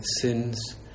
sins